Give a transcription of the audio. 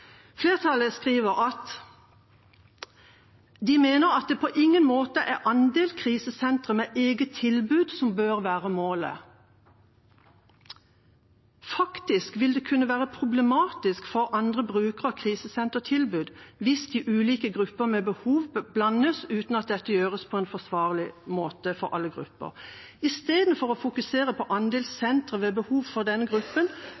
Flertallet skriver: «Flertallet mener at det på ingen måte er andel krisesentre med eget tilbud som bør være målet her. Faktisk vil det kunne være problematisk for andre brukere av krisesentertilbud hvis de ulike grupper med behov blandes uten at dette gjøres på en forsvarlig måte for alle grupper. Istedenfor å fokusere på andel senter med tilbud til denne gruppen